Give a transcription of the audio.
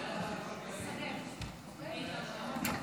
בבקשה, לרשותך שלוש דקות.